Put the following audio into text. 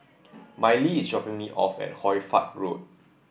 Mylee is dropping me off at Hoy Fatt Road